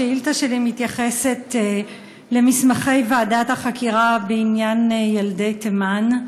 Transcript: השאילתה שלי מתייחסת למסמכי ועדת החקירה בעניין ילדי תימן.